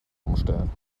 umstellen